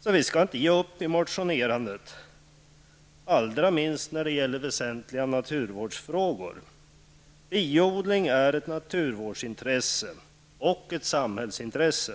Så vi skall inte ge upp i motionerandet, allra minst när det gäller väsentliga naturvårdsfrågor. Biodling är ett naturvårdsintresse och ett samhällsintresse.